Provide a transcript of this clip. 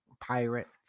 Pirates